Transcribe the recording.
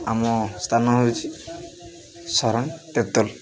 ଆମ ସ୍ଥାନ ହେଉଛି ଶରଣୀ ତିର୍ତୋଲ